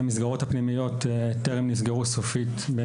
אבל המסגרות הפנימיות טרם נסגרו סופית.